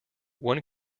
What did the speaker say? one